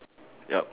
yup